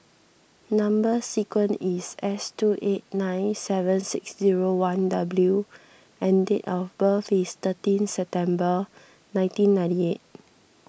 Number Sequence is S two eight nine seven six zero one W and date of birth is thirty September nineteen ninety eight